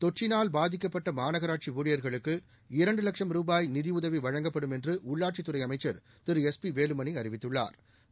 தொற்றினால் பாதிக்கப்பட்ட மாநகராட்சி ஊழியர்களுக்கு இரண்டு வட்சும் ரூபாய் நிதி உதவி வழங்கப்படும் என்று உள்ளாட்சித்துறை அமைச்சா் திரு எஸ் பி வேலுமணி அறிவித்துள்ளாா்